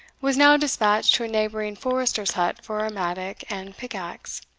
was now despatched to a neighbouring forester's hut for a mattock and pick-axe.